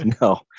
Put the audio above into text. no